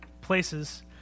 places